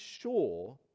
sure